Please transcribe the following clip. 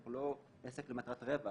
אנחנו לא עסק למטרת רווח.